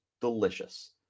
delicious